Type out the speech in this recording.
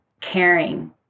caring